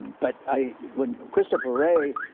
but i when christopher wray,